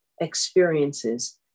experiences